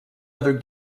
other